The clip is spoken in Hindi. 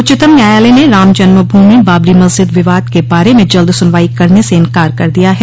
उच्चतम न्यायालय ने रामजन्म भूमि बाबरी मस्जिद विवाद के बारे में जल्द सनवाई करने से इंकार कर दिया है